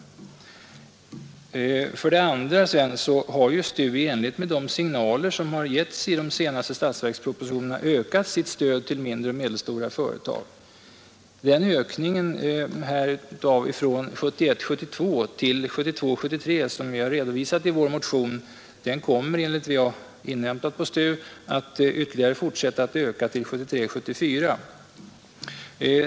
För det andra har STU, i enlighet med signaler i de senaste statsverkspropositionerna, ökat sitt stöd till mindre och medelstora företag. Den ökning härav från 1971 73 som redovisas i vår motion kommer, enligt vad jag inhämtat hos STU, att fortsätta att stiga till 1973/74.